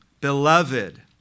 Beloved